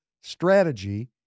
strategy